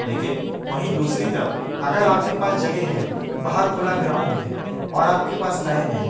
लेकिन वहीं दूसरी तरफ़ अगर आप के पास जगह है बाहर खुला ग्राउंड है और आप के पास टाइम है